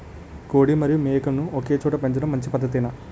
కోడి మరియు మేక ను ఒకేచోట పెంచడం మంచి పద్ధతేనా?